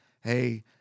hey